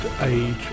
age